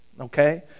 okay